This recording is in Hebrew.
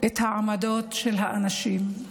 את העמדות של האנשים.